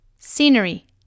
Scenery